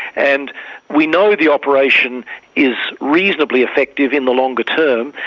and we know the operation is reasonably effective in the longer term.